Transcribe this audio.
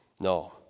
No